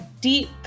deep